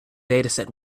dataset